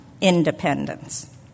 independence